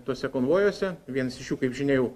tuose konvojuose vienas iš jų kaip žinia jau